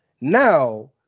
Now